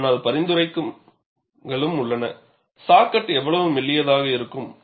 ஆனால் பரிந்துரைகளும் உள்ளன சா கட் எவ்வளவு மெல்லியதாக இருக்க வேண்டும்